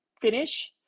finish